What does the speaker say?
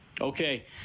Okay